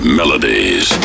melodies